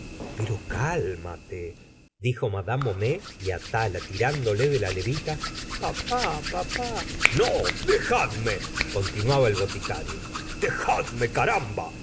pero cálmate dijo madame homais y atala tirándole de la levita papá papá no dejadme continuaba el boticario dejadme caramba